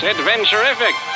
Adventurific